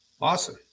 awesome